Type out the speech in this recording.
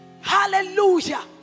Hallelujah